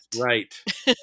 right